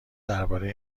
درباره